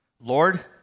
Lord